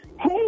Hey